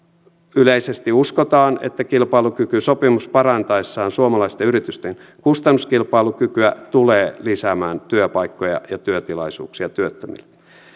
yleisesti uskotaan että kilpailukykysopimus parantaessaan suomalaisten yritysten kustannuskilpailukykyä tulee lisäämään työpaikkoja ja työtilaisuuksia työttömille